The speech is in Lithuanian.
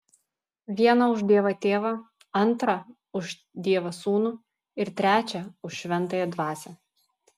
vieną už dievą tėvą antrą už dievą sūnų ir trečią už šventąją dvasią